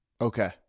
Okay